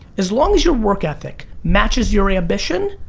as long as your work ethic matches your ambition,